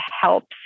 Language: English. helps